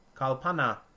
kalpana